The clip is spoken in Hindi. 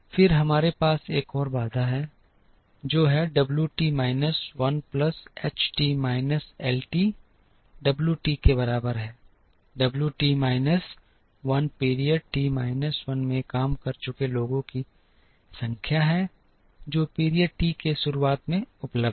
फिर हमारे पास एक और बाधा है जो है W T minus 1 plus H T minus L T W T के बराबर है WT minus 1 period T minus 1 में काम कर चुके लोगों की संख्या है जो पीरियड टी की शुरुआत में उपलब्ध हैं